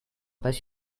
pas